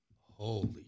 Holy